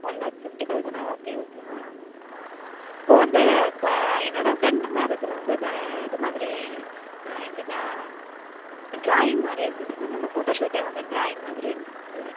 one lakh fifty தெளசனா okay okay ma'am இப்போது வந்து இப்போ என்னோடய ஃப்ரெண்டு மேரேஜில் வந்து இது மாதிரி எப்படின்னா ட்ராயிங் மாதிரி இருந்துச்சு மேம் அந்த ஃபோட்டோ ஷூட்டே வந்து டிராயிங் மாதிரி இருந்துச்சு